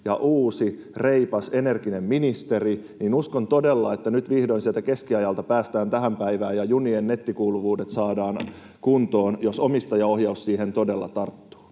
on uusi, reipas, energinen ministeri, niin uskon todella, että nyt vihdoin sieltä keskiajalta päästään tähän päivään ja junien nettikuuluvuudet saadaan kuntoon, jos omistajaohjaus siihen todella tarttuu.